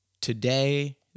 Today